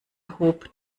hob